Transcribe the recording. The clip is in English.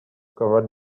covered